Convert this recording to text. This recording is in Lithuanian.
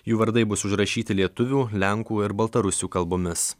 jų vardai bus užrašyti lietuvių lenkų ir baltarusių kalbomis